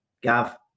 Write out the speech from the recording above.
Gav